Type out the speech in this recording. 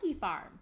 farm